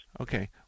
Okay